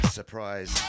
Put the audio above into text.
surprise